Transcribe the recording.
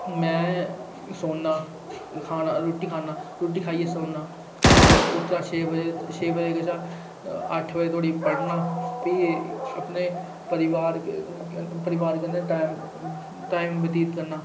में सौन्नां खन्नां रुट्टी खन्ना रुट्टी खाइयै सौन्नां और उट्ठना छे बजे छे बजे कशा अट्ठ बजे धोड़ी पढ़ना भी अपने परोआर क क कन्नै परोआर कन्नै टाइम टाइम बतीत करना